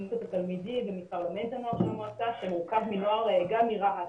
עם מועצת התלמידים ומפרלמנט הנוער של המועצה שמורכב מנוער גם מרהט,